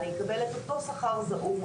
אני אקבל את אותו שכר זעום,